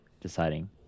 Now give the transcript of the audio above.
deciding